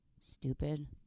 Stupid